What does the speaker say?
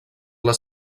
les